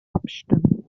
abstimmen